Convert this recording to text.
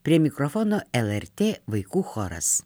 prie mikrofono lrt vaikų choras